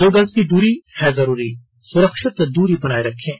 दो गज की दूरी है जरूरी सुरक्षित दूरी बनाए रखें